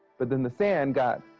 but then the sand got